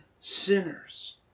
sinners